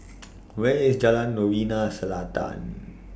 Where IS Jalan Novena Selatan